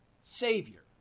Savior